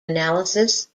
analysis